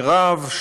מירב,